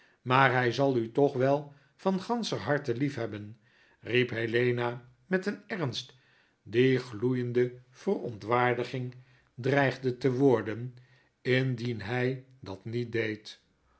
maar hy zal u toch wel van ganscher harte liefhebben riep helena met een ernst die gloeiende verontwaardiging dreigde te worden indien hij dat niet deed